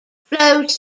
flows